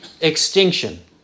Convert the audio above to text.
extinction